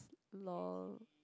lol